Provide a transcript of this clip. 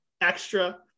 extra